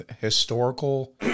historical